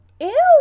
Ew